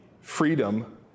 freedom